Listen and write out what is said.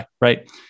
right